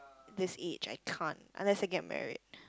this age I can't unless I get married